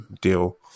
deal